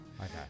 Okay